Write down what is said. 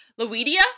luidia